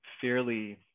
fairly